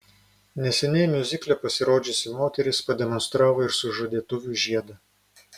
neseniai miuzikle pasirodžiusi moteris pademonstravo ir sužadėtuvių žiedą